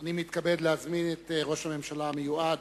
אני מתכבד להזמין את ראש הממשלה המיועד,